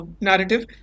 narrative